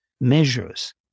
measures